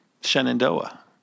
Shenandoah